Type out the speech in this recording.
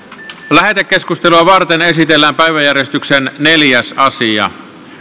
lähetekeskustelua varten esitellään päiväjärjestyksen neljäs asia